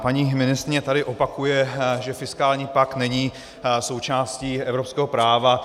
Paní ministryně tady opakuje, že fiskální pakt není součástí evropského práva.